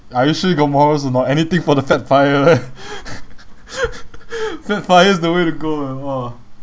are you sure you got morals or not anything for the fat FIRE eh fat FIRE is the way to go eh !wah!